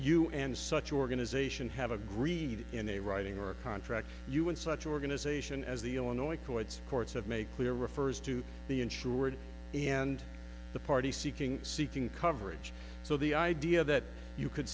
you and such organization have agreed in a writing or a contract you and such organization as the illinois accords courts have make clear refers to the insured and the party seeking seeking coverage so the idea that you could